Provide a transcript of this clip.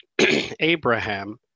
Abraham